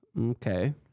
Okay